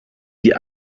die